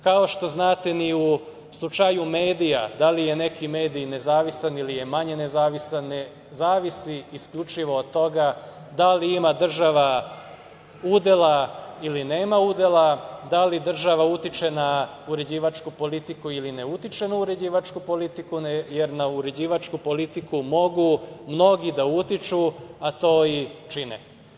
Kao što znate, ni u slučaju medija, da li je neki mediji nezavisan ili je manje nezavisan, ne zavisi isključivo od toga da li ima država udela ili nema udela, da li država utiče na uređivačku politiku ili ne utiče na uređivačku politiku, jer na uređivačku politiku mogu mnogi da utiču a to i čine.